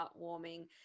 heartwarming